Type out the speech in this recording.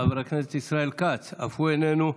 חבר הכנסת ישראל כץ, אף הוא איננו,